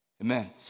Amen